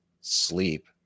sleep